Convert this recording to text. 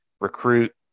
recruit